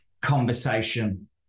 conversation